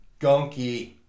Gunky